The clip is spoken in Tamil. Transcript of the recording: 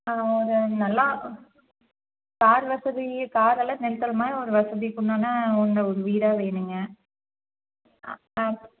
ஒரு நல்லா கார் வசதி காரெல்லாம் நிறுத்துற மாதிரி ஒரு வசதிக்குண்டான உள்ள ஒரு வீடாக வேணுங்க ஆ